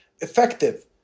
effective